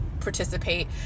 participate